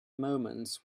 moments